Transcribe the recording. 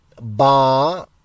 ba